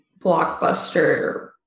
blockbuster